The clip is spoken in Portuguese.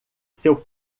seu